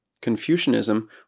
Confucianism